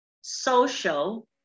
social